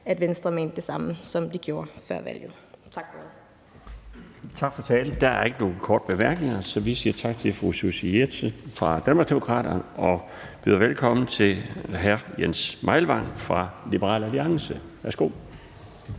Kl. 17:47 Den fg. formand (Bjarne Laustsen): Tak for talen. Der er ikke nogen korte bemærkninger, så vi siger tak til fru Susie Jessen fra Danmarksdemokraterne og byder velkommen til hr. Jens Meilvang fra Liberal Alliance. Værsgo.